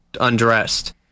undressed